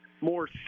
more